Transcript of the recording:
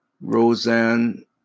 Roseanne